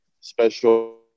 special